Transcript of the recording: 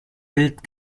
gilt